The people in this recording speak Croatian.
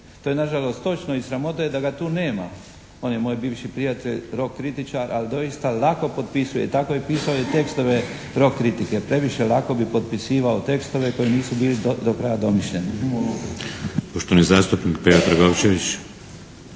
To je na žalost točno i sramota je da ga tu nema. On je moj bivši prijatelj rok kritičar, ali doista lako potpisuje. Tako je pisao i tekstove rok kritike. Previše lako bi potpisivao tekstove koji nisu bili do kraja domišljeni. **Šeks, Vladimir